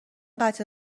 قطع